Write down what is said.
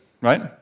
right